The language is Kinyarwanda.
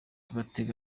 batega